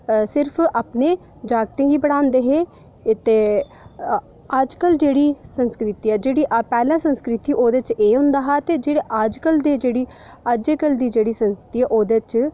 ते सिर्फ अपने जागतें गी पढ़ांदे हे ते अजकल जेह्ड़ी संस्कृति ऐ जेह्ड़ी पैह्लें संस्कृति ही ओह्दे च एह् होंदा हा ते जेह्ड़े अजकल दी जेह्ड़ी अजकल दी जेह्ड़ी संस्कृति ऐ ओह्दे च